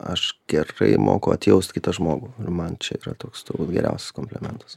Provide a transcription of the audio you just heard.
aš gerai moku atjaust kitą žmogų ir man čia yra toks turbūt geriausias komplimentas